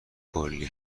کلی